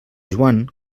joan